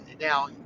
now